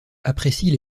apprécient